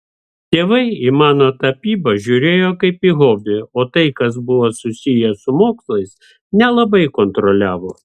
tėvai į mano tapybą žiūrėjo kaip į hobį o tai kas buvo susiję su mokslais nelabai kontroliavo